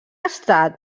estat